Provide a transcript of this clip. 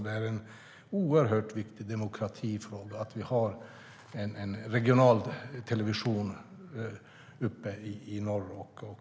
Det är en oerhört viktig demokratifråga att vi har en regional television uppe i norr.